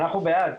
אנחנו בעד.